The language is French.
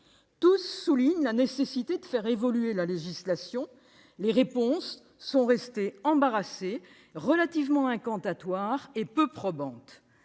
Tous soulignent la nécessité de faire évoluer la législation européenne. Les réponses sont restées embarrassées, relativement incantatoires et peu probantes.